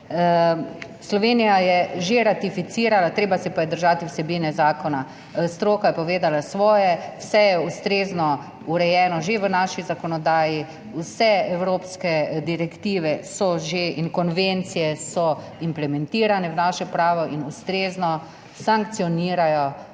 Slovenija je že ratificirala, treba se je pa držati vsebine zakona. Stroka je povedala svoje, vse je ustrezno urejeno že v naši zakonodaji, vse evropske direktive in konvencije so že implementirane v naše pravo in ustrezno sankcionirajo